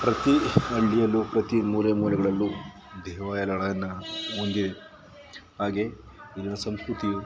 ಪ್ರತಿ ಹಳ್ಳಿಯಲ್ಲು ಪ್ರತಿ ಮೂಲೆ ಮೂಲೆಗಳಲ್ಲು ದೇವಾಲಯಗಳನ್ನು ಹೊಂದಿ ಹಾಗೆ ಇರುವ ಸಂಸ್ಕೃತಿಯು